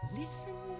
listen